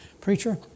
Preacher